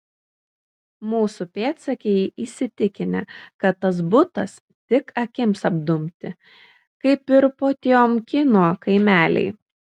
mūsų pėdsekiai įsitikinę kad tas butas tik akims apdumti kaip ir potiomkino kaimeliai